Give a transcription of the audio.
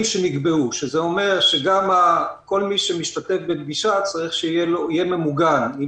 שנקבעו שזה אומר שגם כל מי שמשתתף בפגישה צריך שהוא יהיה ממוגן,